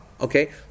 okay